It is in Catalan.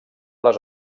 les